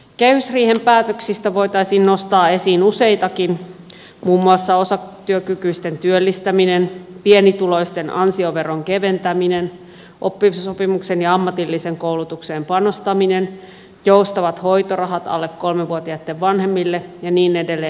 kehysriihen päätöksistä voitaisiin nostaa esiin useitakin muun muassa osatyökykyisten työllistäminen pienituloisten ansioveron keventäminen oppisopimukseen ja ammatilliseen koulutukseen panostaminen joustavat hoitorahat alle kolmevuotiaitten vanhemmille ja niin edelleen